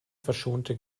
verschonte